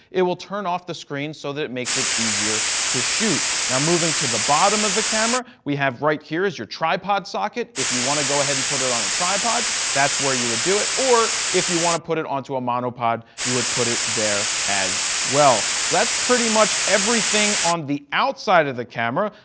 it will turn off the screen so that it makes it easier to shoot. now moving to the bottom of the camera, we have right here is your tripod socket. if you want to go ahead and put it on a tripod that's where you would do it. or if you want to put it onto a monopod, you would put it there as well. so, that's pretty much everything on the outside of the camera.